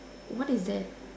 what is that